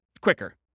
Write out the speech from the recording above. quicker